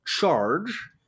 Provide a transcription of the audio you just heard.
charge